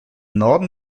norden